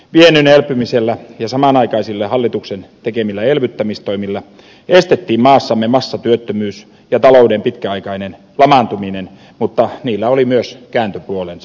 viennin elpymisellä ja samanaikaisilla hallituksen tekemillä elvyttämistoimilla estettiin massamme massatyöttömyys ja talouden pitkäaikainen lamaantuminen mutta niillä oli myös kääntöpuolensa